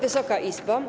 Wysoka Izbo!